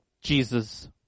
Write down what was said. Jesus